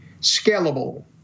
scalable